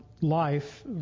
life